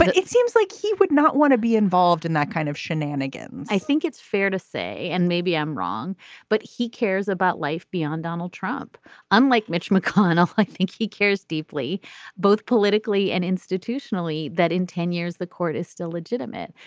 but it seems like he would not want to be involved in that kind of shenanigans i think it's fair to say and maybe i'm wrong but he cares about life beyond donald trump unlike mitch mcconnell. i think he cares deeply both politically and institutionally that in ten years the court is still legitimate.